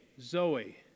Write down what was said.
Zoe